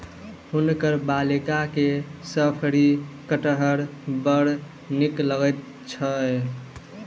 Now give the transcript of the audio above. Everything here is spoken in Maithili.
हुनकर बालिका के शफरी कटहर बड़ नीक लगैत छैन